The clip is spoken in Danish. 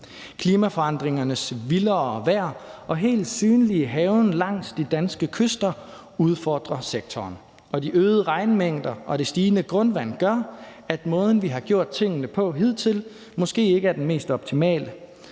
Klimaforandringernes vildere vejr og helt synlige hærgen langs de danske kyster udfordrer sektoren helt synligt, og de øgede regnmængder og det stigende grundvand gør, at måden, vi har gjort tingene på hidtil, måske ikke er den mest optimale.